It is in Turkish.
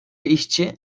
işçi